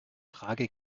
frage